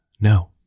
no